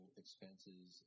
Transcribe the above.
expenses